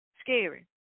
scary